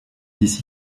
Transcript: ici